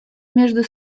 между